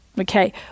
Okay